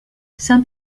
some